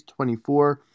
24